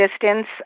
distance